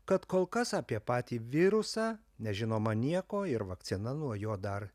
kad kol kas apie patį virusą nežinoma nieko ir vakcina nuo jo dar